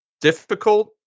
difficult